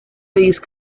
these